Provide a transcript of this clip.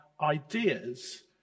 ideas